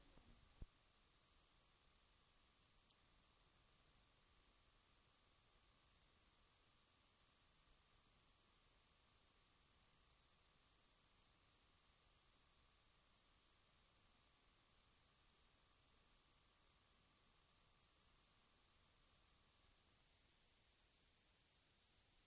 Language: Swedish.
Arbetsförmedlingen har säkert lika stora möjligheter att ringa upp människor när det kommer arbetstillfällen som de privata byråerna har.